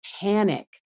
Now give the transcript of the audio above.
panic